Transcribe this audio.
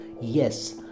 Yes